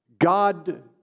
God